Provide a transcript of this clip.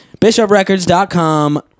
BishopRecords.com